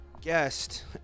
guest